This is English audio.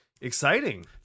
exciting